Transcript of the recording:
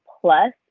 plus